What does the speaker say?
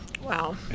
wow